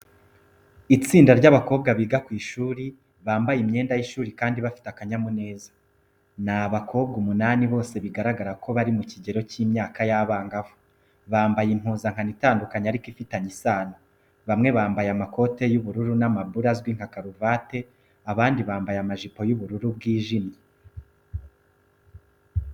Itsinda ry’abakobwa biga ku ishuri, bambaye imyenda y’ishuri kandi bafite akanyamuneza. Ni abakobwa umunani, bose bigaragara ko bari mu kigero cy’imyaka y’abangavu. Bambaye impuzankano itandukanye ariko ifite isano, bamwe bambaye amakote y’ubururu n’amabure azwi nka karuvate, abandi bambaye amajipo y'ubururu bwijimye.